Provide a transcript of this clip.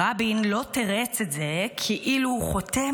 רבין לא תירץ את זה כאילו הוא חותם